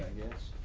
yes.